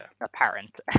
apparent